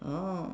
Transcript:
oh